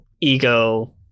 ego